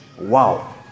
Wow